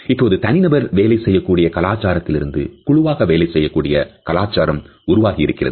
இப்போது தனிநபர் வேலை செய்யக்கூடிய கலாச்சாரத்திலிருந்து குழுவாக வேலை செய்யக்கூடிய கலாச்சாரம் உருவாகியிருக்கிறது